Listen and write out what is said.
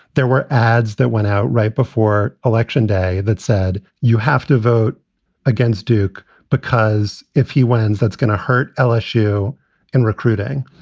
there were ads that went out right before election day that said you have to vote against duke because if he wins, that's going to hurt lsu in recruiting.